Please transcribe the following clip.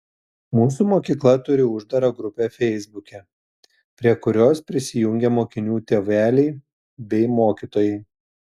mūsų mokykla turi uždarą grupę feisbuke prie kurios prisijungę mokinių tėveliai bei mokytojai